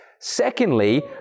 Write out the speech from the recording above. Secondly